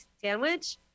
sandwich